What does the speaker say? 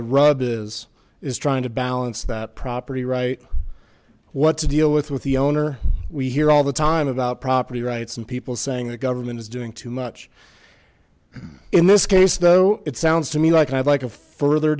the rub is is trying to balance that property right what to deal with with the owner we hear all the time about property rights and people saying the government is doing too much and in this case though it sounds to me like i